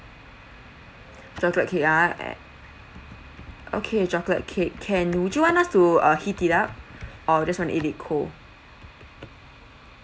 chocolate cake ah eh okay chocolate cake can would you want us to uh heat it up or just want to eat it cold